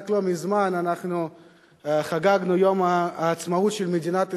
רק לא מזמן חגגנו את יום העצמאות של מדינת ישראל,